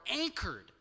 anchored